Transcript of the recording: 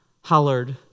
hollered